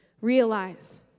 Realize